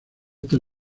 están